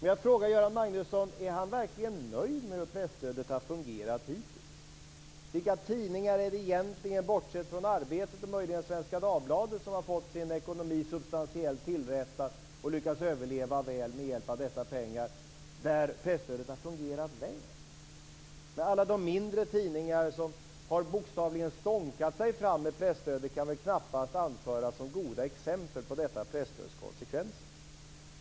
Får jag fråga Göran Magnusson: Är han verkligen nöjd med hur presstödet har fungerat hittills? Vilka tidningar är det egentligen, bortsett från Arbetet och möjligen Svenska Dagbladet, som har fått sin ekonomi substantiellt tillrättad och lyckats överleva med hjälp av dessa pengar och där presstödet har fungerat väl? Alla de mindre tidningar som har bokstavligen stånkat sig fram med presstödet kan väl knappast anföras som goda exempel på detta presstöds konsekvenser?